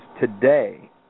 today